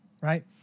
right